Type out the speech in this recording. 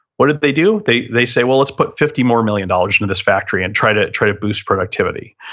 what did they do? they they say, well, let's put fifty more million dollars into this factory and try to try to boost productivity.